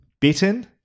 bitten